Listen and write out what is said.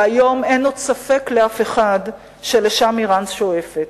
והיום אין עוד ספק לאף אחד שלשם אירן שואפת.